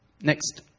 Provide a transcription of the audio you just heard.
next